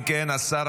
אם כן, השר